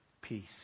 peace